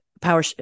Power